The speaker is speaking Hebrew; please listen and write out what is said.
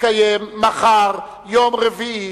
תתקיים מחר, יום רביעי,